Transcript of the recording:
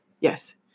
yes